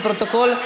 לפרוטוקול,